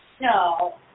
No